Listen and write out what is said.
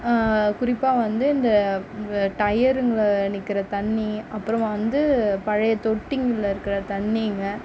குறிப்பாக வந்து இந்த வ டையருங்களில் நிற்கிற தண்ணி அப்புறம் வந்து பழைய தொட்டிங்களில் இருக்கிற தண்ணிங்க